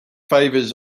favours